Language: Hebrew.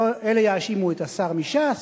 אלה יאשימו את השר מש"ס,